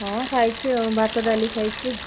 ହଁ ଖାଇଛି ଆଉ ଭାତ ଡାଲି ଖାଇଛି